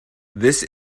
this